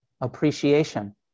appreciation